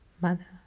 mother